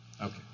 Okay